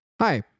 hi